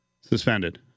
Suspended